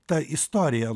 ta istorija